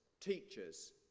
teachers